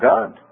God